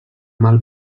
mal